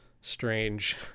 strange